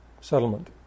settlement